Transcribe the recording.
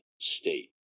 state